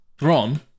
Ron